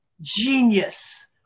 genius